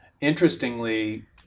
interestingly